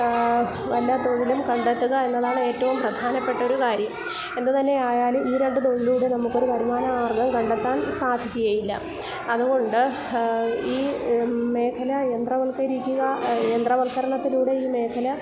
വല്ല തൊഴിലും കണ്ടെത്തുക എന്നതാണ് ഏറ്റവും പ്രധാനപ്പെട്ട ഒരു കാര്യം എന്തുതന്നെയായാലും ഈ രണ്ട് തൊഴിലിലൂടെ നമ്മൾക്കൊരു വരുമാന മാർഗ്ഗം കണ്ടെത്താൻ സാധിക്കുകയില്ല അതുകൊണ്ട് ഈ മേഖല യന്ത്രവൽക്കരിക്കുക യന്ത്രവൽക്കരണത്തിലൂടെ ഈ മേഖല